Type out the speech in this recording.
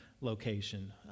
location